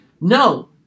no